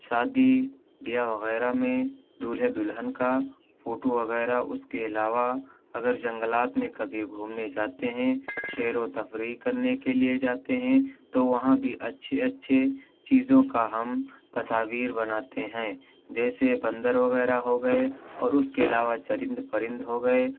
شادی بیاہ وغیرہ میں دولہے دلہن کا فوٹو وغیرہ اس کے علاوہ اگر جنگلات میں کبھی گھومنے جاتے ہیں شیر و تفریح کرنے کے لیے جاتے ہیں تو وہاں بھی اچّھی اچّھے چیزوں کا ہم تصاویر بناتے ہیں جیسے بندر وغیرہ ہو گیے اور اس کے علاوہ چرند پرند ہو گئے